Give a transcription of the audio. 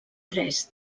tres